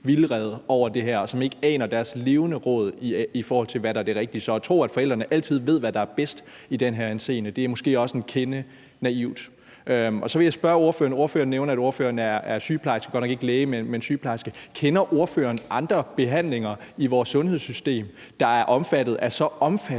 vildrede over det her, og som ikke aner deres levende råd, i forhold til hvad der er det rigtige. Så at tro, at forældrene altid ved, hvad der er bedst i den her henseende, er måske også en kende naivt. Så vil jeg spørge ordføreren – ordføreren nævner, at ordføreren er sygeplejerske, godt nok ikke læge, men sygeplejerske – om ordføreren kender andre behandlinger i vores sundhedssystem, der er omfattet af så omfattende